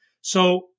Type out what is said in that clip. So-